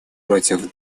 против